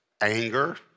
anger